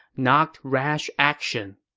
not rash action.